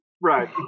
right